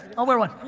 i'll wear one.